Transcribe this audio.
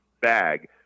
bag